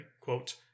quote